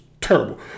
terrible